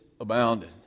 abounded